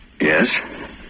Yes